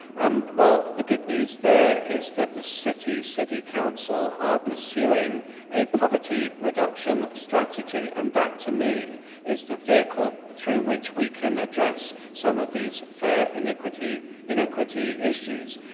um well the good news there is that the city, city council, are pursuing a poverty reduction strategy. and that to me is the vehicle through which we can address some of these fare inequity inequity issues,